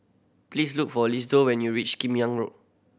please look for Isidore when you reach Kim Yam Road